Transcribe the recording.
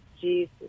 Jesus